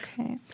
Okay